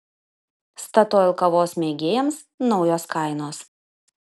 statoil kavos mėgėjams naujos kainos